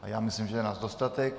A já myslím, že je nás dostatek.